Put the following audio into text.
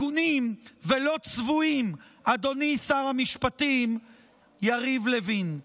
הגונים ולא צבועים, אדוני שר המשפטים יריב לוין.